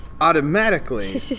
automatically